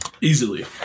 easily